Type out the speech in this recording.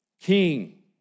king